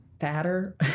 fatter